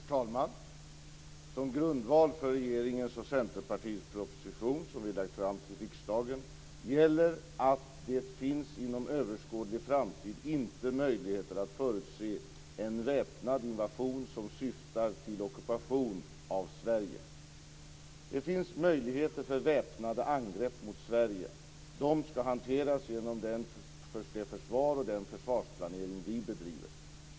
Herr talman! Som grundval för regeringens och Centerpartiets proposition, som vi lagt fram till riksdagen, gäller att det inom överskådlig framtid inte finns möjligheter att förutse en väpnad invasion som syftar till ockupation av Sverige. Det finns möjligheter för väpnade angrepp mot Sverige. De ska hanteras genom det försvar och den försvarsplanering vi bedriver.